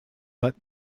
but